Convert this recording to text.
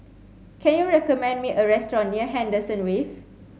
can you recommend me a restaurant near Henderson Wave